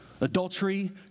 Adultery